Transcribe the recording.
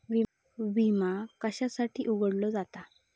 विमा कशासाठी उघडलो जाता?